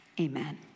amen